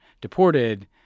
deported